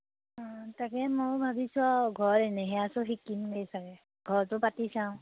অঁ তাকেই ময়ো ভাবিছোঁ আৰু ঘৰত এনেহে আছো শিকিমগৈয়ে চাগৈ ঘৰতো পাতি চাওঁ